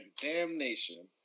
Damnation